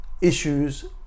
issues